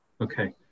Okay